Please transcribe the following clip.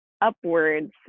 upwards